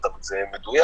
לא תמיד זה מדויק,